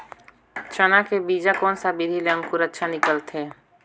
चाना के बीजा कोन सा विधि ले अंकुर अच्छा निकलथे निकलथे